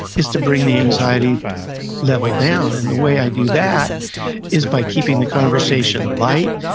is to bring the anxiety level down. and the way i do that is by keeping the conversation light,